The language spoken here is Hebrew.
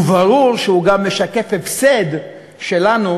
וברור שהוא גם משקף הפסד שלנו,